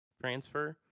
transfer